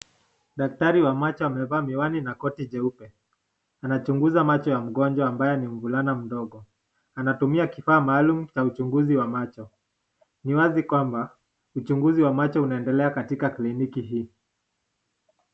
Daktari wa macho amevaa miwani na koti jeupe. Anachunguza macho ya mgonjwa ambaye ni mvulana mdogo. Anatumia kifaa maalum cha uchunguzi wa macho. Ni wazi kwamba uchunguzi wa macho unaendelea katika kliniki hii.